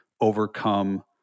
overcome